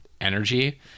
energy